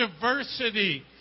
diversity